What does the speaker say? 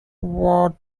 what